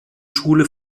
schule